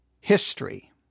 history